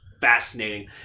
fascinating